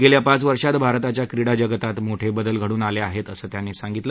गेल्या पाच वर्षात भारताच्या क्रीडा जगतात मोठे बदल घडून आले आहेत असं त्यांनी सांगितलं